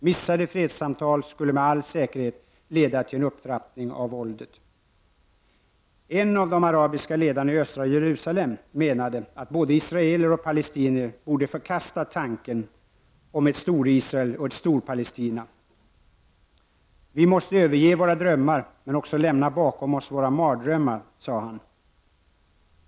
Missade fredssamtal skulle med all sannolikhet leda till en upptrappning av våldet. En av de arabiska ledarna i östra Jerusalem menade att både israeler och palestinier borde förkasta tanken på ett Storisrael och ett Storpalestina. ”Vi måste överge våra drömmar men också lämna bakom oss våra mardrömmar”, sade han.